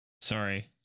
Sorry